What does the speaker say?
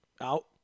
out